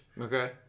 Okay